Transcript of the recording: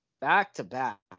back-to-back